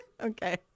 Okay